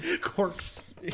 Corks